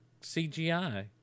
CGI